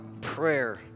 prayer